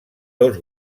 dos